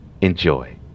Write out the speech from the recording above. enjoy